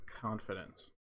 Confidence